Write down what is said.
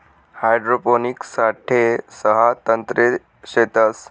hydroponics साठे सहा तंत्रे शेतस